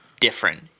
different